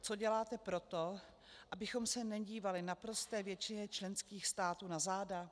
Co děláte pro to, abychom se nedívali naprosté většině členských států na záda?